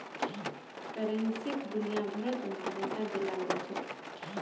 करेंसीक दुनियाभरत मान्यता दियाल जाछेक